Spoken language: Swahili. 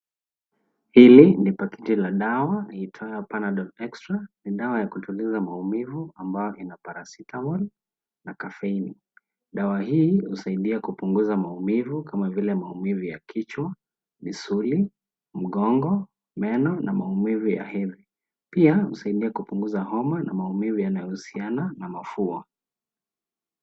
Hili ni paketi la dawa iitwayo Panadol extra, ni dawa ya kutuliza maumivu ambayo ina paracetamol na caffeine .Dawa hii husaidia kupunguza maumivu kama vile maumivu ya kichwa, misuli, mgongo, meno na maumivu ya hedhi. Pia husaidia kupunguza homa na maumivu yanayohusiana na mafua.